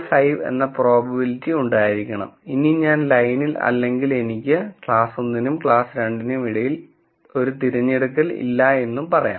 5 എന്ന പ്രോബബിലിറ്റി ഉണ്ടായിരിക്കണം ഇനി ഞാൻ ലൈനിൽ അല്ലെങ്കിൽ എനിക്ക് ക്ലാസ് 1 നും ക്ലാസ് 2 നും ഇടയിൽ ഒരു തിരഞ്ഞെടുക്കൽ ഇല്ല എന്നും പറയാം